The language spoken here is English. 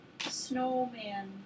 snowman